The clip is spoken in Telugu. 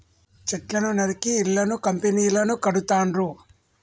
చెట్లను నరికి ఇళ్లను కంపెనీలను కడుతాండ్రు